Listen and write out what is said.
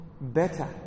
better